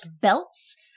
belts